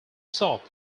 sought